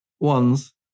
ones